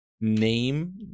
name